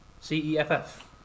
C-E-F-F